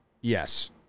Yes